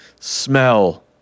smell